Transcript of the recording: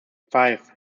five